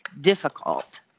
difficult